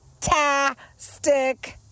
fantastic